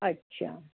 अच्छा